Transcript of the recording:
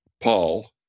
paul